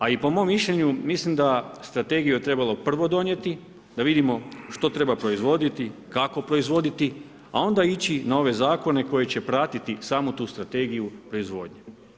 A i po mom mišljenju mislim da je strategiju trebalo prvo donijeti, da vidimo što treba proizvoditi, kako proizvoditi, a onda ići na ove zakone koji će pratiti samu tu strategiju proizvodnje.